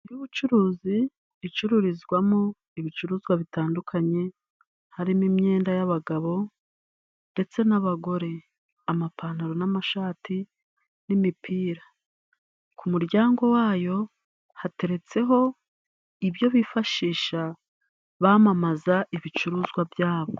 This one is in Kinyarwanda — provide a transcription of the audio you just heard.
Inzu y’ubucuruzi，icururizwamo ibicuruzwa bitandukanye， harimo imyenda y'abagabo， ndetse n'abagore，amapantaro n'amashati，n'imipira，ku muryango wayo hateretseho ibyo bifashisha， bamamaza ibicuruzwa byabo.